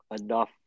enough